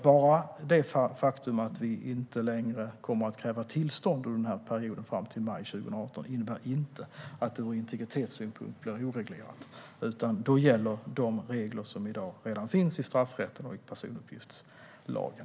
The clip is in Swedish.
Bara det faktum att vi inte längre kommer att kräva tillstånd under perioden fram till maj 2018 innebär alltså inte att det ur integritetssynpunkt blir oreglerat, utan då gäller de regler som redan finns i straffrätten och i personuppgiftslagen.